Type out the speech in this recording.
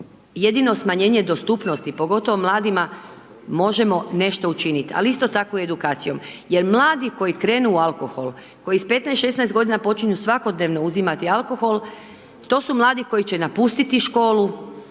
jedino smanjenje dostupnosti, pogotovo mladima možemo nešto učiniti ali isto tako i edukacijom. Jer mladi koji krenu u alkohol, koji s 15, 16 godina počinju svakodnevno uzimati alkohol to su mladi koji će napustiti školu,